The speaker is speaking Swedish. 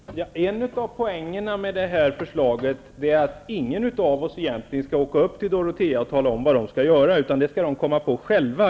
Herr talman! En av poängerna med det här förslaget är att ingen av oss egentligen skall åka upp till Dorotea och tala om vad man där skall göra.